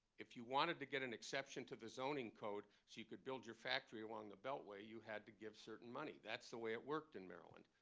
if you wanted to get an exception to the zoning code so you could build your factory along the beltway, you had to give certain money. that's the way it worked in maryland.